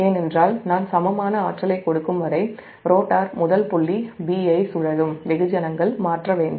ஏனென்றால் நான் சமமான ஆற்றலைக் கொடுக்கும் வரை ரோட்டார் முதல் புள்ளி 'b' ஐ சுழலும் வெகுஜனங்கள் மாற்ற வேண்டும்